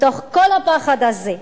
בתוך כל הפחד הזה,